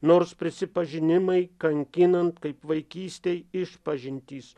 nors prisipažinimai kankinant kaip vaikystėj išpažintys